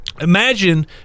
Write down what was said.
Imagine